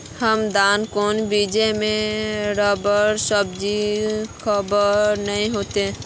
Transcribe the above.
हम दाना कौन चीज में राखबे जिससे खराब नय होते?